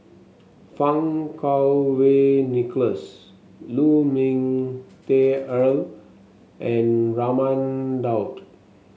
Fang Kuo Wei Nicholas Lu Ming Teh Earl and Raman Daud